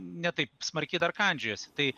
ne taip smarkiai dar kandžiojosi tai